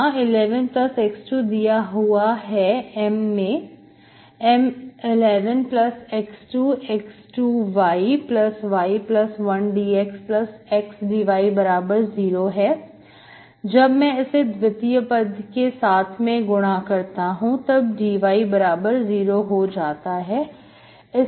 यहां 11x2 दिया हुआ है M मैं M 11x2x2yy1dxx dy0 है जब मैं इसे द्वितीय पद के साथ में गुणा करता हूं तब dy बराबर जीरो हो जाता है